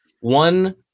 One